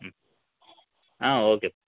ம் ah okay